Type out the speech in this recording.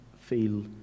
feel